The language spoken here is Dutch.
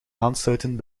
aansluiten